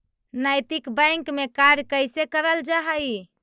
नैतिक बैंक में कार्य कैसे करल जा हई